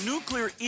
Nuclear